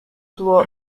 blow